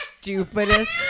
stupidest